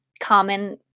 common